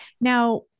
Now